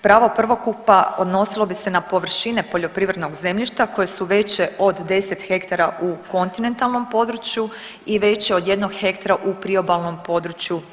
Pravo prvokupa odnosilo bi se na površine poljoprivrednog zemljišta koje su veće od 10 ha u kontinentalnom području i veće od jednog hektara u priobalnom području